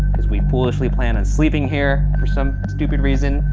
we foolishly plan on sleeping here for some stupid reason.